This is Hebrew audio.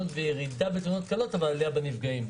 וירידה בתאונות קלות אבל עלייה בנפגעים,